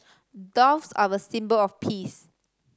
doves are a symbol of peace